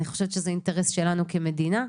אני חושבת שזה אינטרס שלנו, כמדינה,